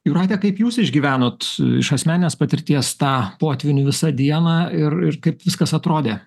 jūrate kaip jūs išgyvenot iš asmeninės patirties tą potvynį visą dieną ir ir kaip viskas atrodė